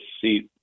seat